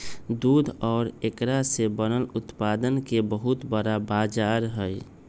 दूध और एकरा से बनल उत्पादन के बहुत बड़ा बाजार हई